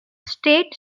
state